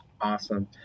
Awesome